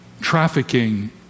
trafficking